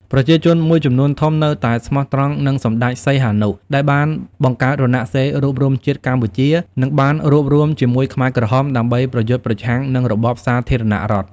ប្រជាជនមួយចំនួនធំនៅតែស្មោះត្រង់នឹងសម្ដេចសីហនុ ដែលបានបង្កើត រណសិរ្សរួបរួមជាតិកម្ពុជា និងបានរួបរួមជាមួយខ្មែរក្រហមដើម្បីប្រយុទ្ធប្រឆាំងនឹងរបបសាធារណរដ្ឋ។